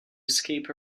escape